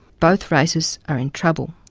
both races are in trouble.